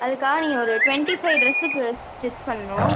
அதுக்காக நீங்கள் ஒரு ட்வெண்ட்டி ஃபைவ் ட்ரெஸ்ஸு ஸ்டிச் பண்ணணும்